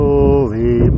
Holy